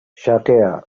xakea